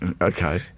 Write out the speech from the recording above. Okay